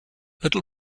little